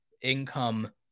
income